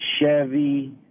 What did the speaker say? Chevy